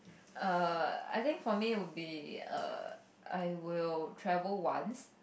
err I think for me will be err I will travel once